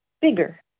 bigger